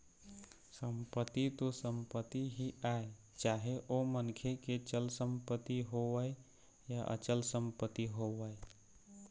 संपत्ति तो संपत्ति ही आय चाहे ओ मनखे के चल संपत्ति होवय या अचल संपत्ति होवय